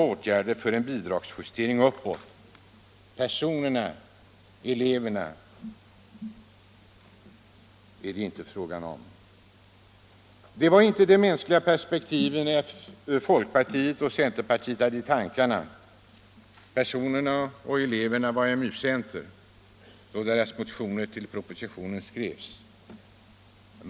Folkpartiets och centerpartiets representanter tog inte hänsyn till det mänskliga perspektivet, till eleverna vid AMU-utbildningen, då deras motioner i anledning av propositionen skrevs.